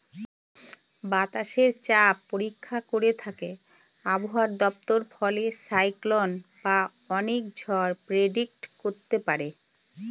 বাতাসের চাপ পরীক্ষা করে থাকে আবহাওয়া দপ্তর ফলে সাইক্লন বা অনেক ঝড় প্রেডিক্ট করতে পারে